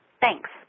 Thanks